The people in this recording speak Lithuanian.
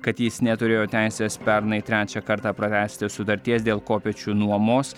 kad jis neturėjo teisės pernai trečią kartą pratęsti sutarties dėl kopėčių nuomos